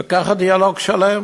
וככה, דיאלוג שלם.